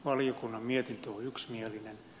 valiokunnan mietintö on yksimielinen